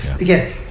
again